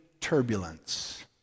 turbulence